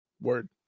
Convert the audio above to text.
Word